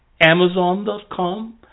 Amazon.com